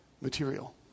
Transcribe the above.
material